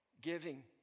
Giving